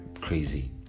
crazy